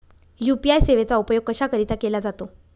UPI सेवेचा उपयोग कशाकरीता केला जातो?